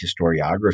historiography